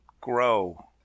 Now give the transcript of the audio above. grow